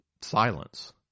silence